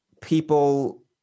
people